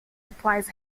applies